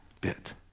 bit